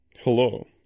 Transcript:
hello